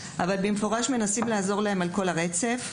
אבל במפורש מנסים לעזור להם לשפר את השפה.